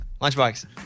Lunchbox